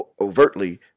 overtly